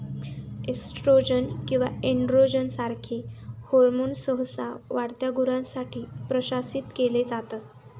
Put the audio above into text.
oestrogen किंवा androgen सारखे hormones सहसा वाढत्या गुरांसाठी प्रशासित केले जातात